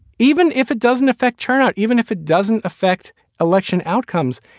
even if it doesn't affect turnout, even if it doesn't affect election outcomes.